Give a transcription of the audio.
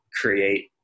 create